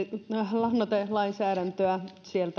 lannoitelainsäädäntöä